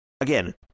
again